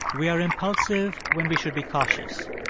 we are impulsive when we should be cautious.